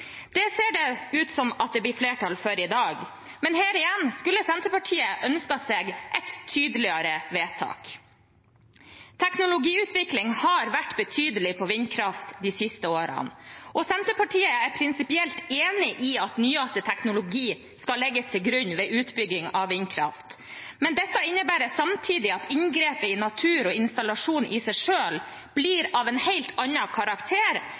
Det ser det ut til at det blir flertall for i dag. Men her igjen skulle Senterpartiet ønsket seg et tydeligere vedtak. Teknologiutviklingen har vært betydelig på vindkraft de siste årene, og Senterpartiet er prinsipielt enig i at nyeste teknologi skal legges til grunn ved utbygging av vindkraft. Men dette innebærer samtidig at inngrepet i natur og installasjon i seg selv blir av en helt annen karakter